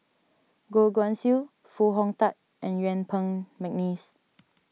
Goh Guan Siew Foo Hong Tatt and Yuen Peng McNeice